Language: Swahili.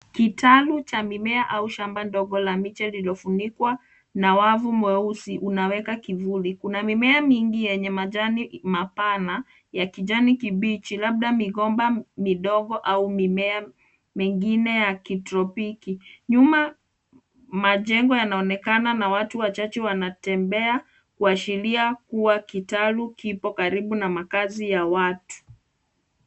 Kitaru cha mimea au shamba ndogo la miche iliyofunikwa na wavu mweusi unaweka kivuli. Kuna mimea mingi yenye majani mapana ya kijani kibichi labda migomba midogo au mimea mingine ya kitropiki. Nyuma, majengo yanaonekana na watu wachache wanatembea kuashiria kuwa kitaru kipo karibu na makazi ya watu.